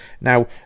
Now